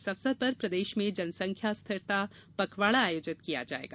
इस अवसर पर प्रदेश में जनसंख्या स्थिरता पखवाड़ा आयोजित किया जायेगा